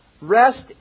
rest